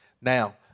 Now